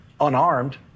unarmed